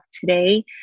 today